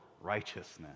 righteousness